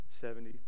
Seventy